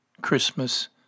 Christmas